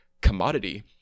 commodity